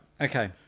okay